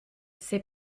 ces